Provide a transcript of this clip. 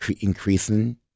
increasing